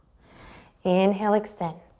inhale, extend.